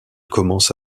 commence